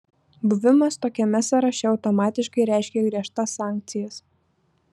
buvimas tokiame sąraše automatiškai reiškia griežtas sankcijas